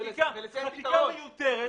חקיקה מיותרת.